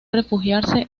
refugiarse